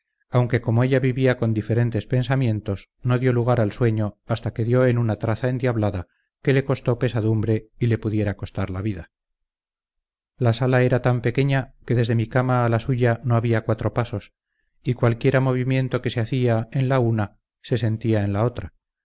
aunque como ella vivía con diferentes pensamientos no dió lugar al sueño hasta que dió en una traza endiablada que le costó pesadumbre y le pudiera costar la vida la sala era tan pequeña que desde mi cama a la suya no había cuatro pasos y cualquiera movimiento que se hacía en la una se sentía en la otra